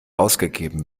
ausgegeben